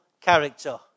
character